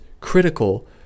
critical